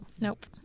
Nope